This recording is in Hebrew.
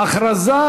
הודעה